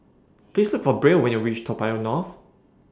Please Look For Brielle when YOU REACH Toa Payoh North